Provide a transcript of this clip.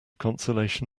consolation